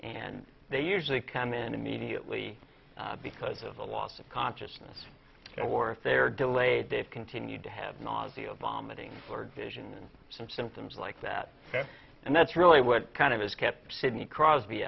and they usually come in immediately because of the loss of consciousness or if they're delayed they've continued to have nausea vomiting or vision some symptoms like that and that's really what kind of has kept sidney crosby